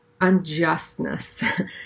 unjustness